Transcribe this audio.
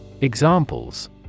Examples